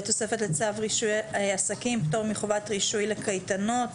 בתוספת לצו רישוי עסקים (פטור מחובת רישוי לקייטנות)